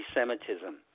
anti-Semitism